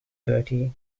bertie